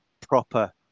proper